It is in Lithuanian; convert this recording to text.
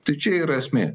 tai čia yra esmė